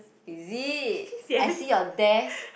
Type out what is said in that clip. is it I see your desk